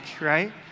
right